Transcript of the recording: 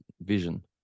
vision